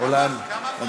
כמה פרקים יש בספר יואל?